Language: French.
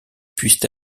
puisse